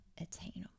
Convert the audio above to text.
attainable